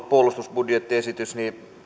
puolustusbudjettiesitystä